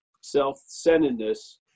self-centeredness